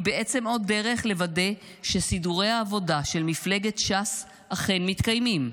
היא בעצם עוד דרך לוודא שסידורי העבודה של מפלגת ש"ס אכן מתקיימים,